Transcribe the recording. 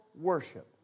worship